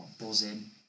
buzzing